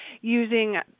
using